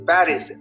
Paris